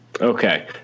Okay